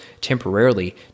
temporarily